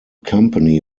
company